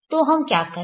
तो हम क्या करे